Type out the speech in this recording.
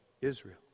Israel